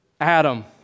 Adam